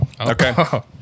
Okay